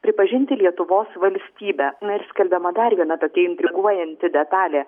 pripažinti lietuvos valstybę na ir skelbiama dar viena tokia intriguojanti detalė